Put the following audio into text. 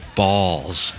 balls